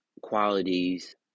qualities